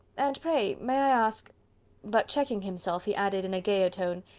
and pray, may i ask but checking himself, he added, in a gayer tone,